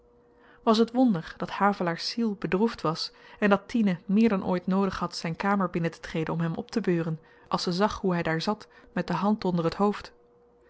was t wonder dat havelaars ziel bedroefd was en dat tine meer dan ooit noodig had zyn kamer binnentetreden om hem optebeuren als ze zag hoe hy daar zat met de hand onder t hoofd